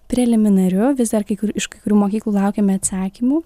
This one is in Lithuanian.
preliminariu vis dar kai kur iš kai kurių mokyklų laukiame atsakymų